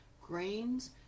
grains